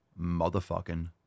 motherfucking